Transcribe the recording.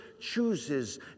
chooses